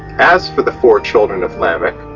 as for the four children of lamech,